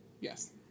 Yes